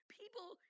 people